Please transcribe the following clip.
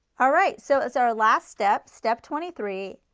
all right so it's our last step, step twenty three,